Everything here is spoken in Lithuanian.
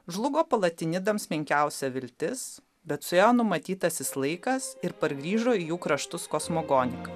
žlugo palatinidams menkiausia viltis bet su juo numatytasis laikas ir pargrįžo į jų kraštus kosmogonijos